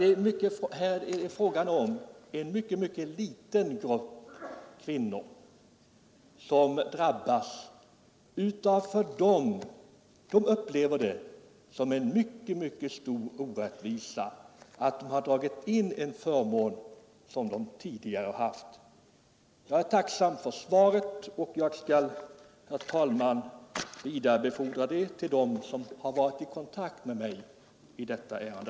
Det är alltså en mycket liten grupp kvinnor som drabbas av denna indragning av 67-kortet, som de upplever som en mycket stor orättvisa: man drar in en förmån som de tidigare har haft. Jag är tacksam för svaret, och jag skall, herr talman, vidarebefordra det till dem som har varit i kontakt med mig i detta ärende.